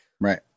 Right